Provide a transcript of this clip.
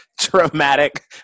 traumatic